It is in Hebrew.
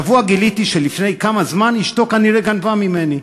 השבוע גיליתי שלפני כמה זמן אשתו כנראה גנבה ממני,